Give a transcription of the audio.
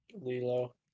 Lilo